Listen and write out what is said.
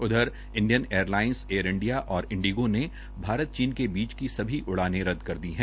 उधर Indian Airlines Air India और इंडीगो ने भारत चीन के बीच की सभी उड़ाने रद्द कर दी है